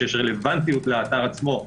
שיש רלוונטיות לאתר עצמו,